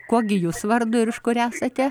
kuo gi jūs vardu ir iš kur esate